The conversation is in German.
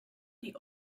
die